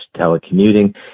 telecommuting